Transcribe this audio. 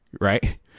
right